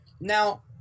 now